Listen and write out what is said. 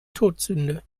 todsünde